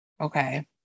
okay